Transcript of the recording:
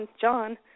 John